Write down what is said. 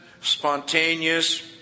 spontaneous